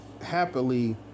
happily